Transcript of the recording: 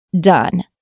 done